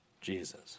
Jesus